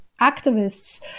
activists